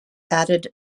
added